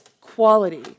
quality